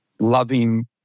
loving